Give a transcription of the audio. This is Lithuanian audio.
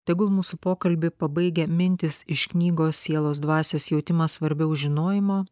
tegul mūsų pokalbį pabaigia mintys iš knygos sielos dvasios jautimas svarbiau žinojimo